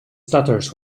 stutters